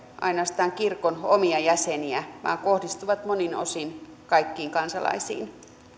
ainoastaan kirkon omia jäseniä vaan kohdistuvat monin osin kaikkiin kansalaisiin